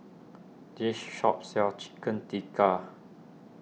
this shop sells Chicken Tikka